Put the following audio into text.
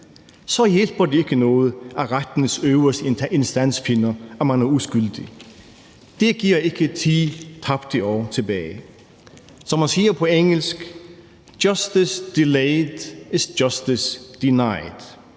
Så hjælper det ikke noget, at rettens øverste instans finder, at man er uskyldig. Det giver ikke 10 tabte år tilbage. Som man siger på engelsk: Justice delayed is justice denied.